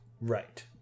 Right